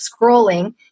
scrolling